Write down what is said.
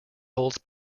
holds